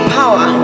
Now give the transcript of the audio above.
power